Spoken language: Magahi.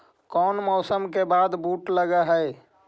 कोन मौसम के बाद बुट लग है?